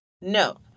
No